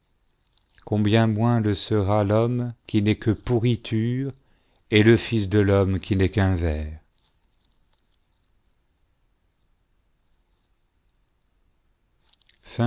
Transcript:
combien moins le sera l'homme qui n'est que pourriture et le fils de l'homme qui n'est qu'un ver